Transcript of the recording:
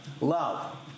love